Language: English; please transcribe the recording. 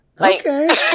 Okay